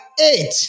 eight